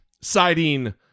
citing